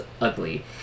ugly